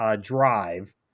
drive